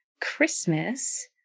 Christmas